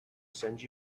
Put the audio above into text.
send